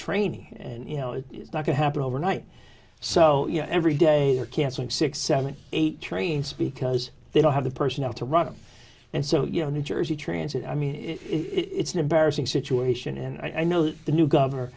training and you know it could happen overnight so you know every day they're canceling six seven eight train speak because they don't have the personnel to run and so you know new jersey transit i mean it's an embarrassing situation and i know that the new governor